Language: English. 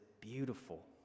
beautiful